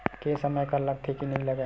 के समय कर लगथे के नइ लगय?